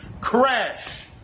Crash